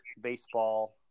baseball